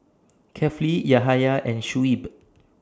Kefli Yahaya and Shuib